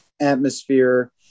atmosphere